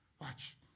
Watch